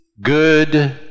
good